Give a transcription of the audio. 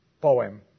poem